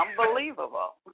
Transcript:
unbelievable